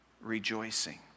rejoicing